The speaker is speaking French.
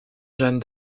jeanne